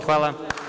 Hvala.